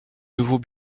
nouveaux